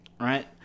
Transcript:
right